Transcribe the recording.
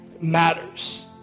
Matters